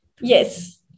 Yes